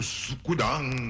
sukudang